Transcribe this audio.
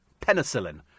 Penicillin